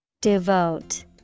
Devote